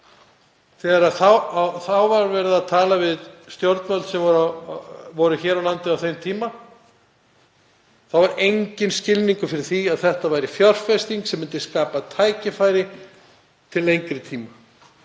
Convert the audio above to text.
Þegar talað var við stjórnvöld hér á landi á þeim tíma var enginn skilningur fyrir því að þetta væri fjárfesting sem myndi skapa tækifæri til lengri tíma.